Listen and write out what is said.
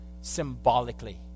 symbolically